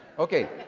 okay,